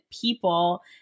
people